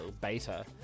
beta